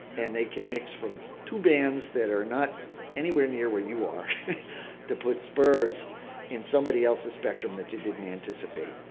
and they can mix from two bands that are not anywhere near where you are to put spurs in somebody else's spectrum that you didn't anticipate.